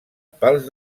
pels